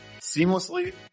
seamlessly